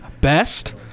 best